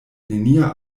nenia